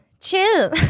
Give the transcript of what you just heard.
chill